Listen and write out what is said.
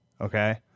okay